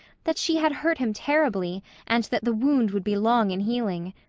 that she had hurt him terribly and that the wound would be long in healing.